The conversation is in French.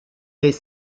des